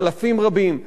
אלפים רבים,